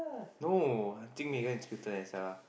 no I think Megan is cuter than Stella